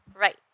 Right